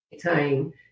Time